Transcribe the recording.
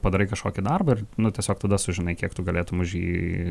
padarai kažkokį darbą ir nu tiesiog tada sužinai kiek tu galėtum už jį